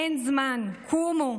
אין זמן, קומו.